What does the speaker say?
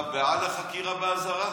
אתה בעד החקירה באזהרה